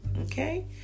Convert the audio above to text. Okay